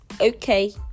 Okay